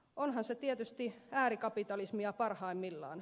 onhan se tietysti äärikapitalismia parhaimmillaan